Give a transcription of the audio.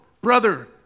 brother